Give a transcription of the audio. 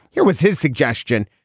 here was his suggestion